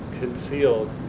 concealed